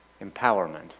empowerment